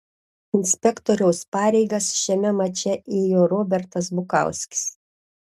inspektoriaus pareigas šiame mače ėjo robertas bukauskis